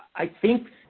i think,